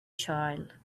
child